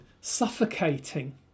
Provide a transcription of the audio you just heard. suffocating